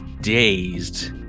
dazed